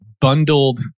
bundled